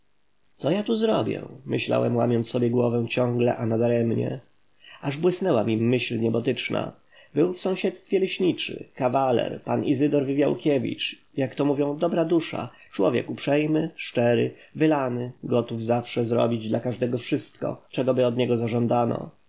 co ja tu zrobię myślałem łamiąc sobie głowę ciągle a nadaremnie aż błysnęła mi myśl niebotyczna był w sąsiedztwie leśniczy kawaler pan izydor wywiałkiewicz jak to mówią dobra dusza człowiek uprzejmy szczery wylany gotów zawsze zrobić dla każdego wszystko czegoby od niego zażądano